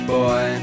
boy